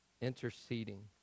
interceding